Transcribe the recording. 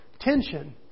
tension